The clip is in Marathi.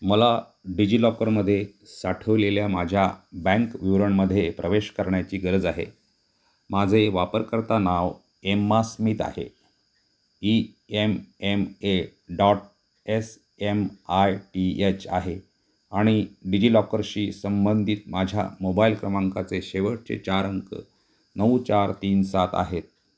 मला डिजिलॉकरमध्ये साठवलेल्या माझ्या बँक विवरणामध्ये प्रवेश करण्याची गरज आहे माझे वापरकर्ता नाव एम्मा स्मित आहे ईमएमए डॉट एसएमआयटीएच आहे आणि डिजिलॉकरशी संबंधित माझ्या मोबाईल क्रमांकाचे शेवटचे चार अंक नऊ चार तीन सात आहेत